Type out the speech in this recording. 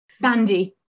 Bandy